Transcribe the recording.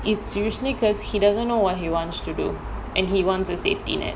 it's usually because he doesn't know what he wants to do and he wants a safety net